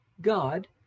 God